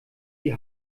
die